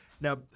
Now